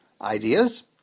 ideas